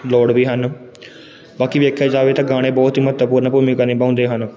ਲੋੜ ਵੀ ਹਨ ਬਾਕੀ ਵੇਖਿਆ ਜਾਵੇ ਤਾਂ ਗਾਣੇ ਬਹੁਤ ਹੀ ਮਹੱਤਵਪੂਰਨ ਭੂਮਿਕਾ ਨਿਭਾਉਂਦੇ ਹਨ